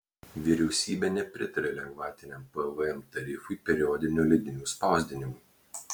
vyriausybė nepritarė lengvatiniam pvm tarifui periodinių leidinių spausdinimui